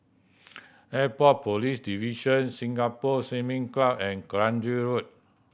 Airport Police Division Singapore Swimming Club and Kranji Road